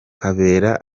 kabera